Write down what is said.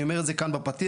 ואני אומר את זה כאן בפתיח,